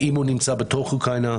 אם הוא נמצא בתוך אוקראינה,